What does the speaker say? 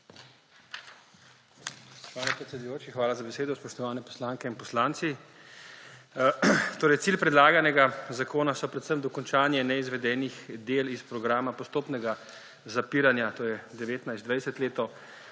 hvala za besedo. Spoštovane poslanke in poslanci! Cilj predlaganega zakona je predvsem dokončanje neizvedenih del iz programa postopnega zapiranja, to je za leti